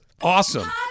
awesome